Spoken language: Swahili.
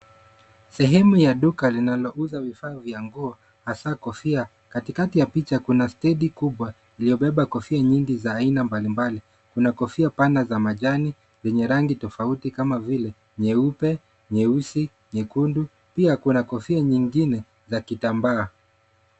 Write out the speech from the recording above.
Sehemu ya duka linalouza vifaa vya nguo hasa kofia. Katikati ya picha kuna stedi kubwa iliyobeba kofia nyingi za aina mbalimbali. Kuna kofia pana za majani yenye rangi tofauti kama vile nyeupe, nyeusi, nyekundu, pia kuna nyingine za kitamba.